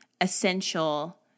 essential